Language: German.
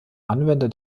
anwender